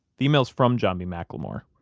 the email's from john b mclemore.